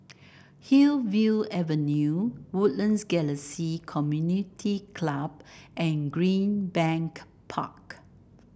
Hillview Avenue Woodlands Galaxy Community Club and Greenbank Park